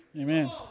Amen